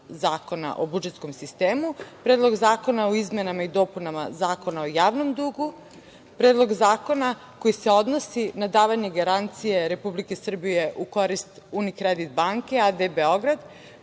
o budžetskom sistemu, Predlog zakona o izmenama i dopunama Zakona o javnom dugu, Predlog zakona koji se odnosi na davanje garancije Republike Srbije u korist „Unikredit banke a.d. Beograd“